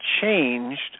changed